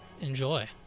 enjoy